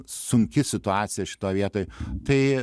sunki situacija šitoj vietoj tai